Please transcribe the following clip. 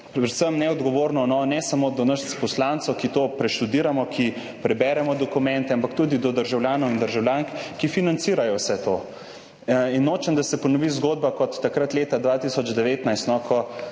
predvsem neodgovorno, ne samo do nas poslancev, ki to preštudiramo, ki preberemo dokumente, ampak tudi do državljanov in državljank, ki financirajo vse to. Nočem, da se ponovi zgodba kot takrat leta 2019, sem